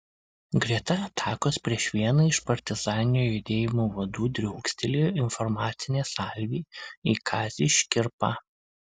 greta atakos prieš vieną iš partizaninio judėjimo vadų driokstelėjo informacinė salvė į kazį škirpą